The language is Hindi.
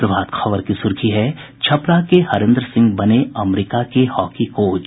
प्रभात खबर की सुर्खी है छपरा के हरेन्द्र सिंह बने अमेरिका के हॉकी कोच